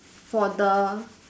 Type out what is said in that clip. for the